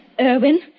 Irwin